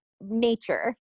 nature